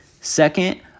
Second